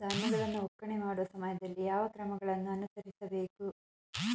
ಧಾನ್ಯಗಳನ್ನು ಒಕ್ಕಣೆ ಮಾಡುವ ಸಮಯದಲ್ಲಿ ಯಾವ ಕ್ರಮಗಳನ್ನು ಅನುಸರಿಸಬೇಕು?